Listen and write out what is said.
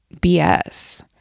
BS